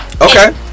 Okay